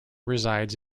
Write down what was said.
resides